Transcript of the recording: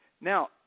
Now